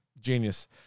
genius